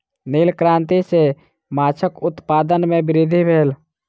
नील क्रांति सॅ माछक उत्पादन में वृद्धि भेल